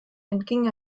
entging